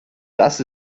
das